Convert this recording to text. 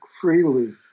freely